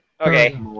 Okay